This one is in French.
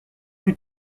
plus